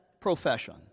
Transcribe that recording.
profession